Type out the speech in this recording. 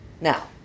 Now